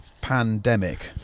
pandemic